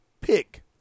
pick